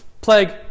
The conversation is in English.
plague